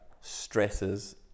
stresses